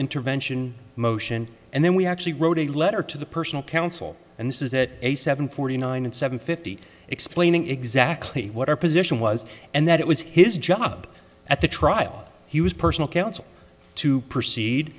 intervention motion and then we actually wrote a letter to the personal counsel and this is that a seven forty nine and seven fifty eight explaining exactly what our position was and that it was his job at the trial he was personal counsel to proceed